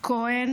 כהן